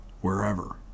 wherever